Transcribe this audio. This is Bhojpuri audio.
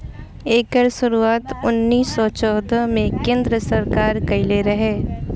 एकर शुरुआत उन्नीस सौ चौदह मे केन्द्र सरकार कइले रहे